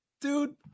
Dude